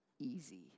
easy